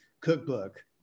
cookbook